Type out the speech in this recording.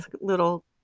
little